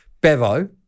Bevo